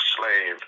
slave